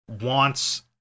wants